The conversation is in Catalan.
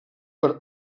per